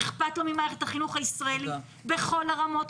אכפת לו ממערכת החינוך הישראלית בכל הרמות,